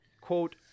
quote